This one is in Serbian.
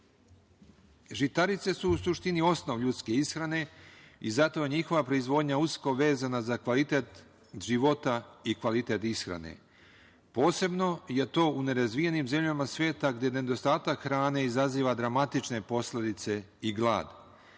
Žitarice su, u suštini, osnov ljudske ishrane i zato njihova proizvodnja je usko vezana za kvalitet života i kvalitet ishrane. Posebno je to u nerazvijenim zemljama sveta gde nedostatak hrane izaziva dramatične posledice i glad.